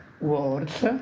words